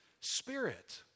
spirit